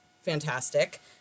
Fantastic